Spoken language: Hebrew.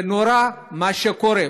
זה נורא מה שקורה.